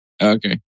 Okay